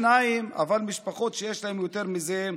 אבל משפחות שאין להן יותר מזה,